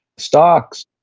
stocks,